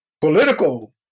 political